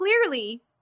clearly